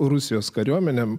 rusijos kariuomenę